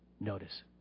Notice